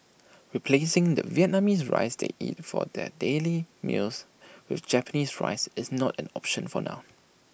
replacing the Vietnamese rice they eat for their daily meals with Japanese rice is not an option for now